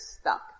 stuck